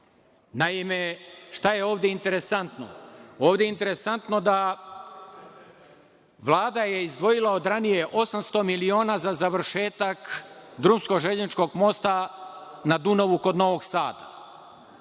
šta je ovde interesantno? Ovde je interesantno da je Vlada izdvojila od ranije 800 miliona za završetak drumsko-železničkog mosta na Dunavu kod Novog Sada.